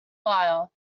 fire